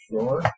Sure